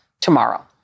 tomorrow